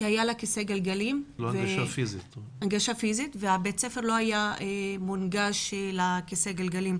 כי בית הספר לא היה מונגש פיזית.